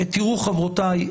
תראו חברותיי,